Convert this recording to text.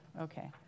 okay